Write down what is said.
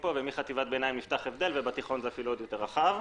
ומחטיבת ביניים נפתח הבדל ובתיכון הוא עוד יותר רחב.